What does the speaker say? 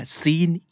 seen